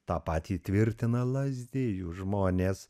tą patį tvirtina lazdijų žmonės